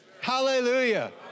Hallelujah